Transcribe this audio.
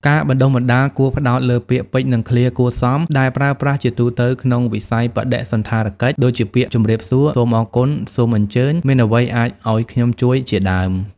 ការបណ្តុះបណ្តាលគួរផ្តោតលើពាក្យពេចន៍ និងឃ្លាគួរសមដែលប្រើប្រាស់ជាទូទៅក្នុងវិស័យបដិសណ្ឋារកិច្ច ដូចជាពាក្យ ជម្រាបសួរ សូមអរគុណ សូមអញ្ជើញ មានអ្វីអាចអោយខ្ញុំជួយ ជាដើម។